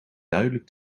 duidelijk